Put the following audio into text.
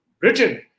Britain